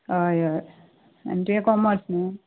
हय हय आनी तुवें कोर्मस न्हूं